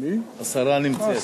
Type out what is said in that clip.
השרה אתנו.